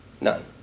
None